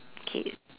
K